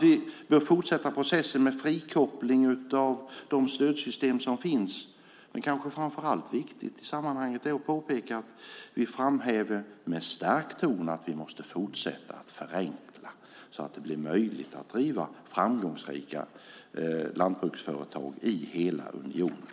Vi bör fortsätta processen med frikoppling av de stödsystem som finns. Framför allt är det viktigt att i sammanhanget påpeka att vi framhäver, med stark ton, att vi måste fortsätta att förenkla så att det blir möjligt att driva framgångsrika lantbruksföretag i hela unionen.